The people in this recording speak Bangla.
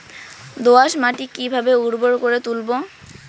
দোয়াস মাটি কিভাবে উর্বর করে তুলবো?